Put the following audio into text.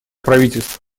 правительств